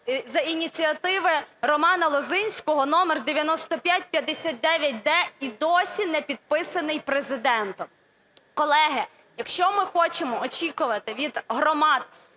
за ініціативи Романа Лозинського номер 9559-д, і досі не підписаний Президентом. Колеги, якщо ми хочемо очікувати від громад,